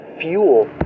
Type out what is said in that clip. fuel